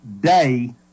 Day